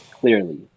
Clearly